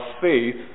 faith